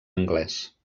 anglès